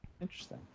Interesting